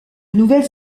nouvelles